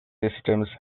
systems